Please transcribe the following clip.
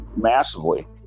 massively